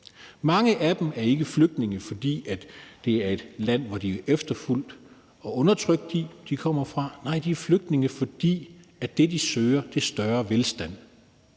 Mange af dem er ikke flygtninge, fordi de er efterfulgt og undertrykt i det land, de kommer fra. Nej, de er flygtninge, fordi det, de søger, er større velstand,